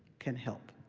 can help.